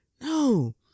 No